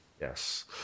Yes